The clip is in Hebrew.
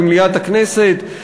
במליאת הכנסת,